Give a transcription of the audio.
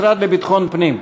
המשרד לביטחון פנים.